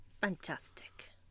fantastic